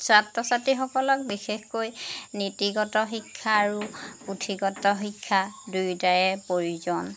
ছাত্ৰ ছাত্ৰীসকলক বিশেষকৈ নীতিগত শিক্ষা আৰু পুথিগত শিক্ষা দুয়োটাৰে প্ৰয়োজন